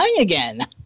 again